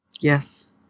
Yes